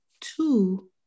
Two